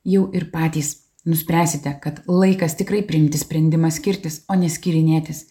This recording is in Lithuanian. jau ir patys nuspręsite kad laikas tikrai priimti sprendimą skirtis o ne skirinėtis